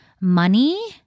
Money